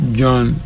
john